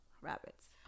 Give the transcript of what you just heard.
rabbits